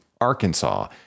Arkansas